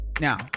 Now